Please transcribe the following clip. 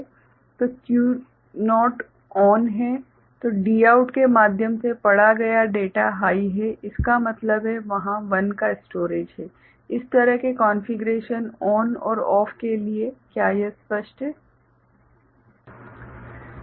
तो Q0 ON है तो Dout के माध्यम से पढ़ा गया डेटा हाइ है इसका मतलब है वहाँ 1 का स्टोरेज है इस तरह के कॉन्फ़िगरेशन चालू और बंद के लिए क्या यह स्पष्ट है